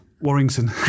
Warrington